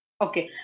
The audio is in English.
Okay